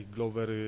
Glover